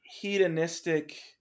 hedonistic